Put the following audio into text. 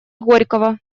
горького